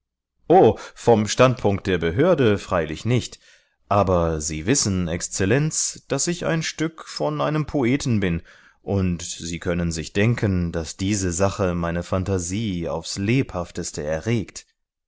vom standpunkt der behörde freilich nicht aber sie wissen exzellenz daß ich ein stück von einem poeten bin und sie können sich denken daß diese sache meine phantasie aufs lebhafteste erregt